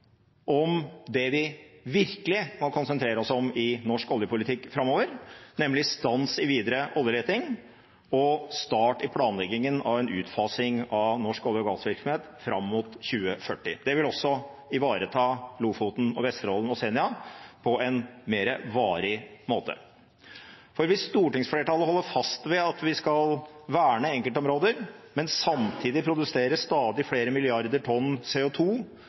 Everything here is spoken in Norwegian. om det vi virkelig kan konsentrere oss om i norsk oljepolitikk framover, nemlig stans i videre oljeleting og start i planleggingen av en utfasing av norsk olje- og gassvirksomhet fram mot 2040. Det vil også ivareta Lofoten, Vesterålen og Senja på en mer varig måte. Hvis stortingsflertallet holder fast ved at vi skal verne enkeltområder, men samtidig produsere stadig flere milliarder tonn